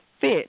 Fit